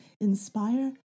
inspire